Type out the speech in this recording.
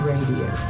Radio